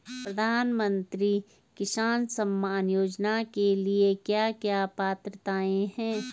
प्रधानमंत्री किसान सम्मान योजना के लिए क्या क्या पात्रताऐं हैं?